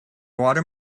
water